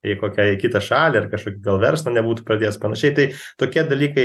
į kokią į kitą šalį ar kažkok gal verslo nebūtų pradės panašiai tai tokie dalykai